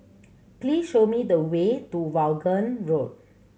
please show me the way to Vaughan Road